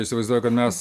įsivaizduoju kad mes